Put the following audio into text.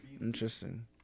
Interesting